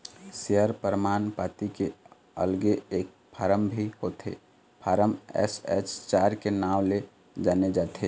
share परमान पाती के अलगे एक फारम भी होथे फारम एस.एच चार के नांव ले जाने जाथे